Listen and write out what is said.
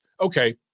Okay